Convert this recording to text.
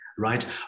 right